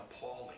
appalling